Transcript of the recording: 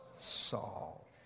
Saul